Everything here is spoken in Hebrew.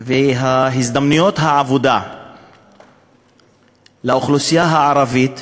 והזדמנויות העבודה לאוכלוסייה הערבית,